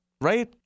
right